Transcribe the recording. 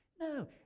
No